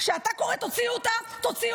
כשאתה קורא: תוציאו אותה,